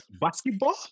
Basketball